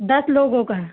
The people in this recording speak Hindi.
दस लोगों का